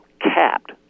capped